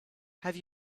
have